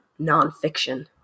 nonfiction